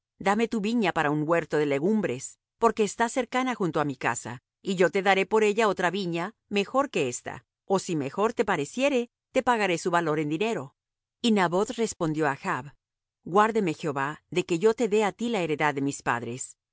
dame tu viña para un huerto de legumbres porque está cercana junto á mi casa y yo te daré por ella otra viña mejor que esta ó si mejor te pareciere te pagaré su valor en dinero y naboth respondió á achb guárdeme jehová de que yo te dé á ti la heredad de mis padres